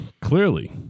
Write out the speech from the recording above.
Clearly